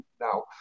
now